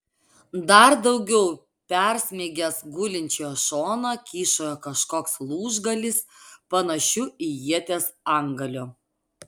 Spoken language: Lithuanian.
dar daugiau persmeigęs gulinčiojo šoną kyšojo kažkoks lūžgalys panašiu į ieties antgaliu